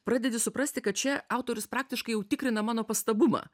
pradedi suprasti kad čia autorius praktiškai jau tikrina mano pastabumą